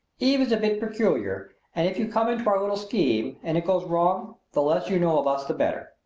eve is a bit peculiar and if you come into our little scheme and it goes wrong the less you know of us the better.